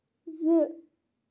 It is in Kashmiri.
زٕ